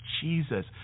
Jesus